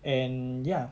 and yeah